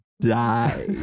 die